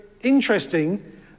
interesting